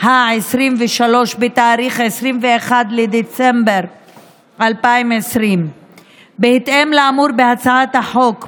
העשרים-ושלוש בתאריך 21 בדצמבר 2020. בהתאם לאמור בהצעת החוק,